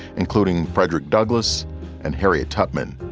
including frederick douglass and harriet tubman.